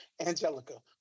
Angelica